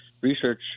research